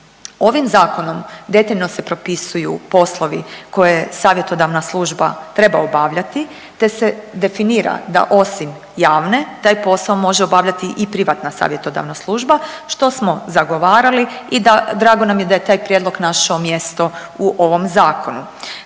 Ovim zakonom detaljno se propisuju poslovi koje savjetodavna služba treba obavljati te se definira da osim javne taj posao može obavljati i privatna savjetodavna služba što smo zagovarali i drago nam je da je taj prijedlog našao mjesto u ovom zakonu.